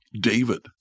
David